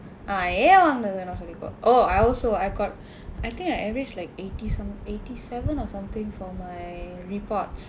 ah A வாங்குனது சொல்லிக்கோ:vangkunathu sollikkoo oh I also I got I think I average like eighty some eighty seven or something for my reports